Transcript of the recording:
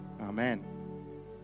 Amen